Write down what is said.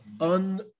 un